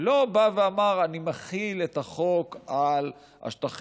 לא בא ואמר: אני מחיל את החוק על השטחים,